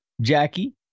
Jackie